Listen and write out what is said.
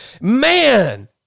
Man